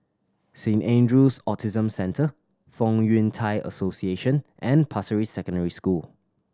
Saint Andrew's Autism Centre Fong Yun Thai Association and Pasir Ris Secondary School